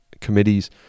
committees